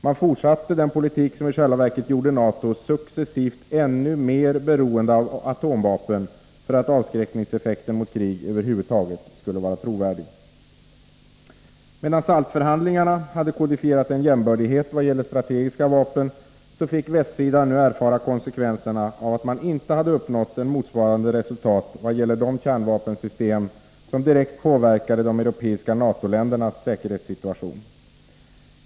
Man fortsatte den politik som i själva verket gjorde NATO successivt ännu mer beroende av atomvapen för att avskräckningseffekten mot krig över huvud taget skulle vara trovärdig. Medan SALT-förhandlingarna hade kodifierat en jämbördighet vad gäller strategiska vapen, fick västsidan nu erfara konsekvenserna av att man inte hade uppnått ett motsvarande resultat vad gäller de kärnvapensystem som direkt påverkade de europeiska NATO-ländernas säkerhetssituation.